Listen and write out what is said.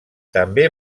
també